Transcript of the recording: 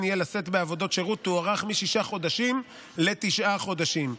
יהיה לשאת בעבודות שירות תוארך משישה חודשים לתשעה חודשים.